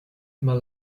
immer